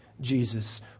Jesus